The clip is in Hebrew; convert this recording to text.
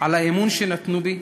על האמון שנתנו בי,